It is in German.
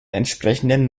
entsprechenden